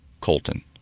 Colton